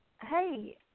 Hey